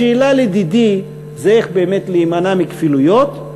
השאלה, לדידי, זה איך באמת להימנע מכפילויות,